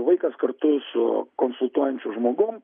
vaikas kartu su konsultuojančiu žmogum